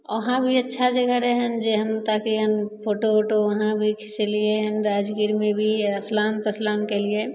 वहाँ भी अच्छा जगह रहै जे हम ताकि हम फोटो उटो वहाँ भी खिचेलिए हँ राजगीरमे भी अस्नान तस्नान कएलिए